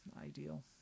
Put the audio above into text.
ideal